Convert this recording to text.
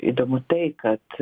įdomu tai kad